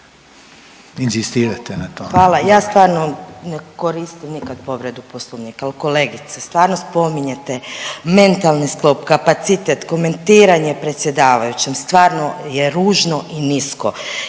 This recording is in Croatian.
Anamarija (HDZ)** Hvala. Ja stvarno ne koristim nikad povredu Poslovnika, ali kolegice, stvarno spominjete mentalni sklop, kapacitet, komentiranje predsjedavajućem, stvarno je ružno i nisko.